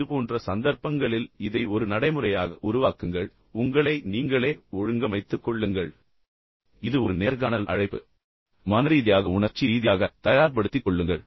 இதுபோன்ற சந்தர்ப்பங்களில் மற்றும் பொதுவாக இதை ஒரு நடைமுறையாக உருவாக்குங்கள் உங்களை நீங்களே ஒழுங்கமைத்துக் கொள்ளுங்கள் இது ஒரு நேர்காணல் அழைப்பு என்று வைத்துக்கொள்வோம் மனரீதியாக உணர்ச்சி ரீதியாக அழைப்புக்கு உங்களைத் தயார்படுத்திக் கொள்ளுங்கள்